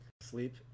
sleep